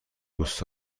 دوست